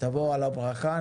תבוא עליו ברכה.